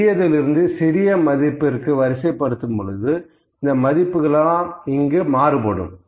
பெரியதிலிருந்து சிறிய மதிப்பிற்கு வரிசைப்படுத்தும் பொழுது இந்த மதிப்புகள் எல்லாம் இங்கு மாறுகிறது